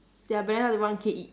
ya balanced out to be one K each